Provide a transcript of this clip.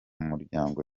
muryango